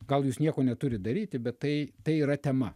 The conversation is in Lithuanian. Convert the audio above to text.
gal jūs nieko neturit daryti bet tai tai yra tema